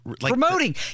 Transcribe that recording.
promoting